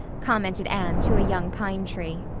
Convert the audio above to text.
commented anne to a young pine tree.